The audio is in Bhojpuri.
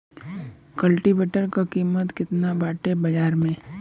कल्टी वेटर क कीमत केतना बाटे बाजार में?